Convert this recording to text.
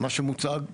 מה שמוצג,